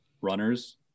runners